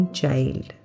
child